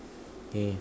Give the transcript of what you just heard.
okay